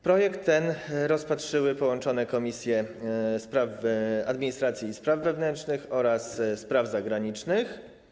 Projekt ten rozpatrzyły połączone Komisje: Administracji i Spraw Wewnętrznych oraz Spraw Zagranicznych.